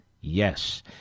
Yes